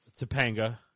Topanga